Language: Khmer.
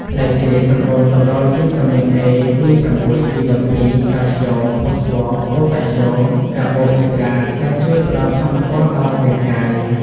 ផ្លែចេកសម្បូរទៅដោយវីតាមីន A B6 B12 កាល់ស្យូម ផូស្វ័រ ប៉ូតាស្យូម កាបូអ៊ីដ្រាត ដែលជួយផ្តល់ថាមពលដល់រាងកាយ។